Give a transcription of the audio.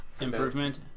improvement